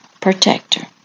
protector